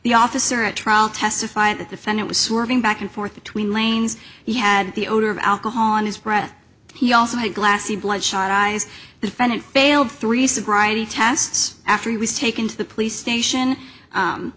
the officer at trial testify at the defendant was swerving back and forth between lanes he had the odor of alcohol on his breath he also had glassy bloodshot eyes the defendant failed three sobriety tests after he was taken to the police station